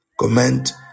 comment